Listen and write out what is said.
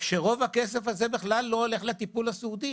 שרוב הכסף הזה בכלל לא הולך לטיפול הסיעודי.